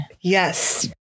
Yes